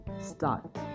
start